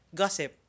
gossip